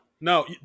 No